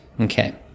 Okay